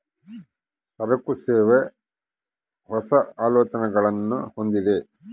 ಸರಕು, ಸೇವೆ, ಹೊಸ, ಆಲೋಚನೆಗುಳ್ನ ಹೊಂದಿದ